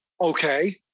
okay